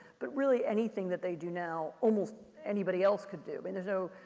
but really, anything that they do now, almost anybody else could do. and there's no,